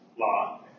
law